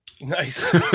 Nice